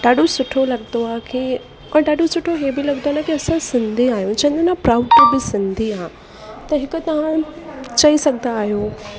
ॾाढो सुठो लॻंदो आहे की औरि ॾाढो सुठो इहो बि लॻंदो आहे न की असां सिंधी आहियूं चवंदा आहिनि न प्राउड टू बी सिंधी आहे भई सिंधी आहे त हिकु तव्हां चई सघंदा आहियो